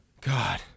God